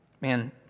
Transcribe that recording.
man